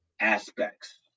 Aspects